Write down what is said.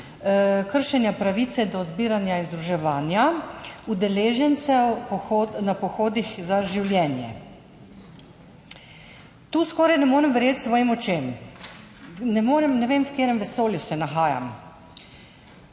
kršenja pravice do zbiranja in združevanja udeležencev na pohodih za življenje. Tu skoraj ne morem verjeti svojim očem. Ne morem, ne vem, v katerem vesolju se nahajam.